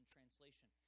Translation